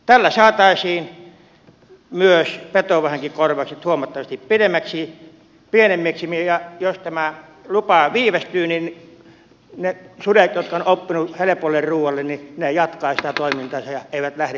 tällä saataisiin myös petovahinkokor vaukset huomattavasti pienemmiksi ja jos tämä lupa viivästyy niin ne sudet jotka ovat oppineet helpolle ruoalle jatkavat sitä toimintaansa eivätkä lähde siltä alueelta pois